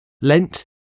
Lent